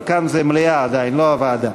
אבל כאן זה מליאה עדיין, לא הוועדה.